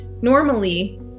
normally